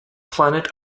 planet